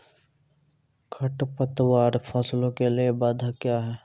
खडपतवार फसलों के लिए बाधक हैं?